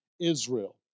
Israel